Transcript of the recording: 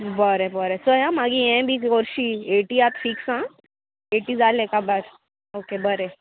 बरें बरें चोया मागीर हें बी व्होरशी एटी आतां फिक्स आ एटी जालें काबार ओके बरें